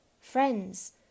Friends